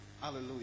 Hallelujah